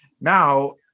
Now